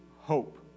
hope